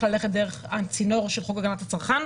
ללכת דרך הצינור של חוק הגנת הצרכן,